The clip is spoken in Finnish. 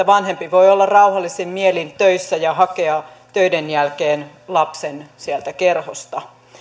vanhempi voi olla rauhallisin mielin töissä ja hakea töiden jälkeen lapsen sieltä kerhosta